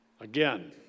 Again